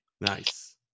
Nice